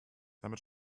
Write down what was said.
damit